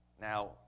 Now